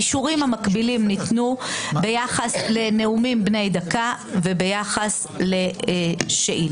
האישורים המקבילים ניתנו ביחס לנאומים בני דקה וביחס לשאילתות.